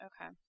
Okay